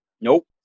Nope